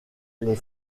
les